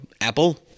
Apple